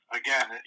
again